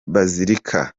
bazilika